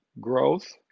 growth